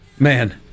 Man